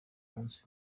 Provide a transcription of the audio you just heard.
munsi